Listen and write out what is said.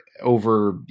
over